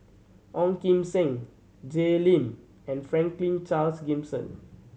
Ong Kim Seng Jay Lim and Franklin Charles Gimson